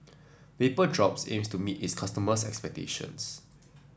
Vapodrops aims to meet its customers' expectations